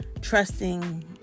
trusting